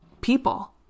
people